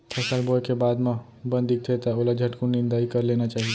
फसल बोए के बाद म बन दिखथे त ओला झटकुन निंदाई कर लेना चाही